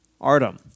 Artem